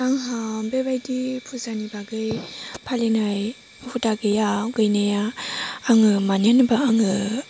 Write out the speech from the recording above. आंहा बेबायदि फुजानि बागै फालिनाय हुदा गैया गैनाया आङो मानि होनोबा आङो